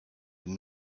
and